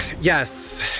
Yes